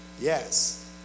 Yes